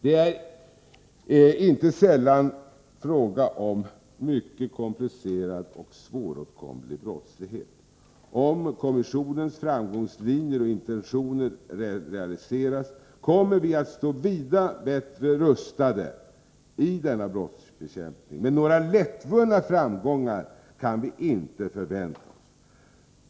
Det är inte sällan fråga om mycket komplicerad och svåråtkomlig brottslighet. Om kommissionens framgångslinjer och intentioner realiseras, kommer vi att stå vida bättre rustade i denna brottsbekämpning. Men några lättvunna framgångar kan vi inte förvänta oss.